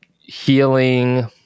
healing